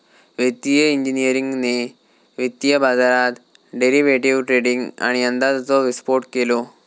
वित्तिय इंजिनियरिंगने वित्तीय बाजारात डेरिवेटीव ट्रेडींग आणि अंदाजाचो विस्फोट केलो